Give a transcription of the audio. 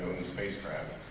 the spacecraft.